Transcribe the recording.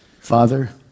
Father